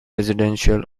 residential